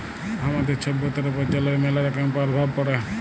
আমাদের ছভ্যতার উপর জলের ম্যালা রকমের পরভাব পড়ে